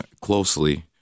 closely